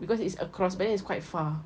because it's across but then it's quite far